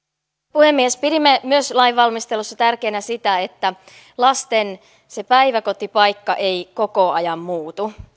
puhemies pidimme myös lainvalmistelussa tärkeänä sitä että lasten päiväkotipaikka ei koko ajan muutu